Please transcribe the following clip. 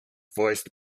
voiced